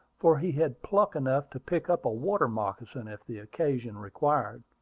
for he had pluck enough to pick up a water moccasin, if the occasion required.